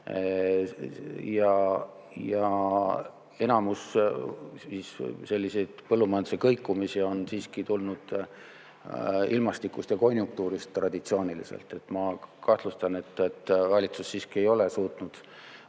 Ja enamus selliseid põllumajanduse kõikumisi on siiski tulnud ilmastikust ja konjunktuurist traditsiooniliselt. Ma kahtlustan, et valitsus siiski ei ole suutnud